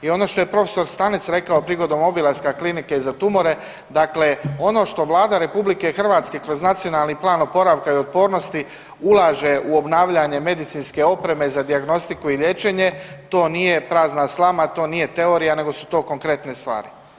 I ono što je prof. Stanec rekao prigodom obilaska Klinike za tumore dakle, ono što Vlada RH kroz Nacionalni plan oporavka i otpornosti ulaže u obnavljanje medicinske opreme za dijagnostiku i liječenje to nije prazna slama, to nije teorija nego su to konkretne stvari.